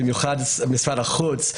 במיוחד למשרד החוץ,